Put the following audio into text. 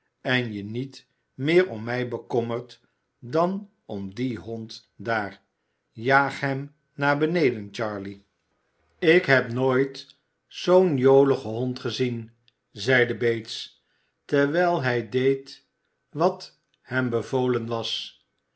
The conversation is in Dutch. en je niet meer om mij bekommert dan om dien hond daar jaag hem naar beneden charley ik heb nooit zoo'n joligen hond gezien zeide bates terwijl hij deed wat hem bevolen was